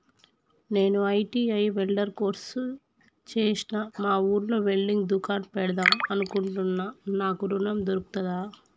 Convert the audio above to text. నేను ITI welder course చేశ్న మా ఊర్లో వెల్డింగ్ దుకాన్ పెడదాం అనుకుంటున్నా నాకు ఋణం దొర్కుతదా?